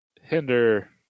hinder